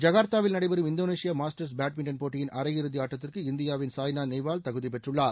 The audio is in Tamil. ஜகர்த்தாவில் நடைபெறும் இந்தோனேஷியா மாஸ்டர்ஸ் பேட்மிண்டன் போட்டியின் அரையிறுதி ஆட்டத்திற்கு இந்தியாவின் சாய்னா நேவால் தகுதி பெற்றுள்ளார்